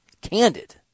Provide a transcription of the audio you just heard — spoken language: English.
candid